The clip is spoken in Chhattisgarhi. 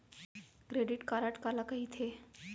क्रेडिट कारड काला कहिथे?